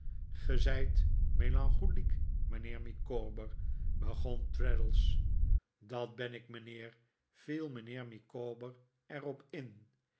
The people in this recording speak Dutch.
zijt melancholiek mijnheer micawber begon traddles dat ben ik mijnheer viel mijnheer micawber er op in